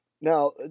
Now